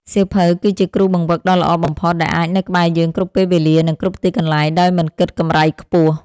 សៀវភៅ គឺជាគ្រូបង្វឹកដ៏ល្អបំផុតដែលអាចនៅក្បែរយើងគ្រប់ពេលវេលា និងគ្រប់ទីកន្លែងដោយមិនគិតកម្រៃខ្ពស់។